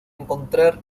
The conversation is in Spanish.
encontrar